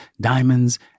diamonds